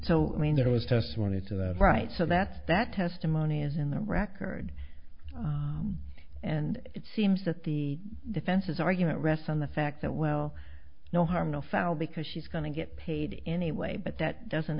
so i mean there was testimony to the right so that's that testimony is in the record and it seems that the defense's argument rests on the fact that well no harm no foul because she's going to get paid anyway but that doesn't